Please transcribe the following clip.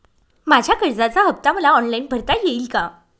माझ्या कर्जाचा हफ्ता मला ऑनलाईन भरता येईल का?